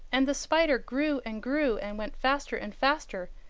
and the spider grew and grew and went faster and faster,